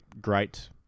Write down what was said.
great